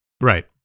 Right